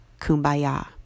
Kumbaya